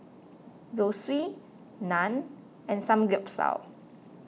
Zosui Naan and Samgyeopsal